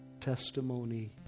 testimony